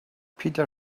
peter